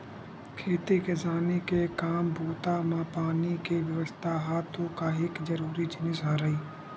खेती किसानी के काम बूता म पानी के बेवस्था ह तो काहेक जरुरी जिनिस हरय